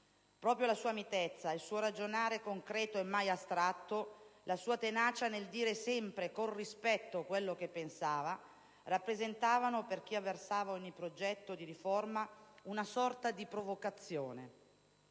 Proprio la sua mitezza, il suo ragionare concreto e mai astratto, la sua tenacia nel dire sempre, con rispetto, quello che pensava rappresentavano, per chi avversava ogni progetto di riforma, una sorta di provocazione.